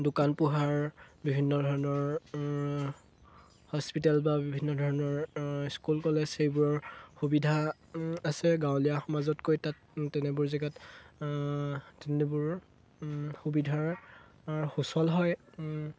দোকান পোহাৰ বিভিন্ন ধৰণৰ হস্পিটেল বা বিভিন্ন ধৰণৰ স্কুল কলেজ সেইবোৰৰ সুবিধা আছে গাঁৱলীয়া সমাজতকৈ তাত তেনেবোৰ জেগাত তেনেবোৰ সুবিধাৰ সুচল হয়